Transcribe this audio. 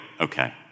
Okay